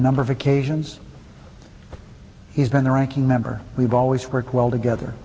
number of occasions he's been the ranking member we've always worked well together